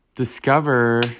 discover